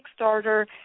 Kickstarter